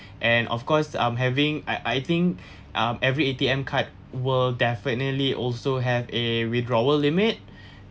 and of course um having I I think um every A_T_M card will definitely also have a withdrawal limit